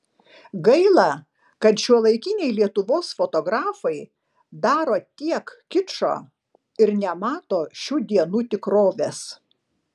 gaila kad šiuolaikiniai lietuvos fotografai daro tiek kičo ir nemato šių dienų tikrovės